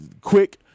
quick